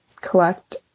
collect